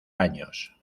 años